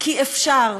כי אפשר.